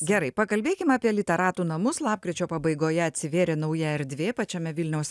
gerai pakalbėkim apie literatų namus lapkričio pabaigoje atsivėrė nauja erdvė pačiame vilniaus